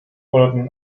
fordert